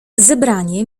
zebranie